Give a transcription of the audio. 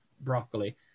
broccoli